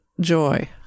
joy